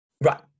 right